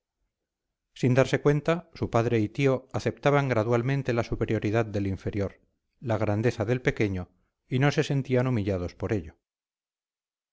sin darse cuenta su padre y tío aceptaban gradualmente la superioridad del inferior la grandeza del pequeño y no se sentían humillados por ello